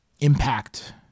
impact